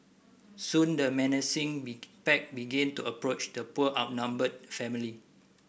soon the menacing pack began to approach the poor outnumbered family